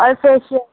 اور فیشیل